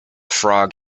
frog